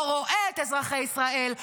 לא רואה את אזרחי ישראל,